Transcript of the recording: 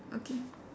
okay